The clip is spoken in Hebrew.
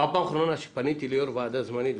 בפעם האחרונה שפניתי ליושב-ראש ועדה זמנית,